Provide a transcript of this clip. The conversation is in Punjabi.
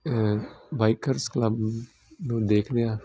ਬਾਈਕਰਸ ਕਲੱਬ ਨੂੰ ਦੇਖਦਿਆਂ